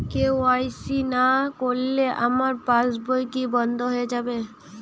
KYC না করলে আমার পাশ বই কি বন্ধ হয়ে যাবে?